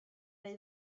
neu